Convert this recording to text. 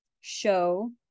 show